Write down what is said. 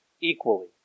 equally